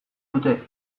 dute